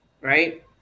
Right